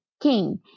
king